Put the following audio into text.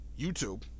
YouTube